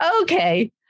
Okay